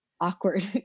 awkward